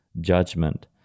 judgment